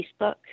Facebook